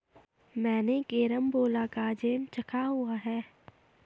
मैंने कैरमबोला का जैम चखा हुआ है